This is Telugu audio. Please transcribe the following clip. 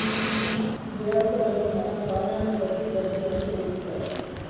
బ్యాంకుల్లో మన కాలాన్ని బట్టి డబ్బును చెల్లిత్తరు